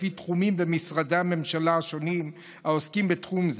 לפי התחומים ומשרדי הממשלה השונים העוסקים בתחום זה.